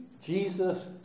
Jesus